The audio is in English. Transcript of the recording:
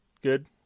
good